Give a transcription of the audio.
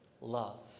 love